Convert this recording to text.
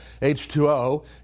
H2O